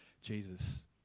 Jesus